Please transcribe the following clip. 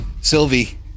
Sylvie